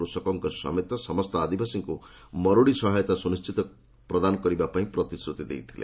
କୃଷକଙ୍କ ସମେତ ସମସ୍ତ ଆଦିବାସୀଙ୍କୁ ମରୁଡି ସହାୟତା ସୁନିଶ୍ଚିତଭାବେ ପ୍ରଦାନ ପାଇଁ ପ୍ରତିଶ୍ରତି ଦେଇଥିଲେ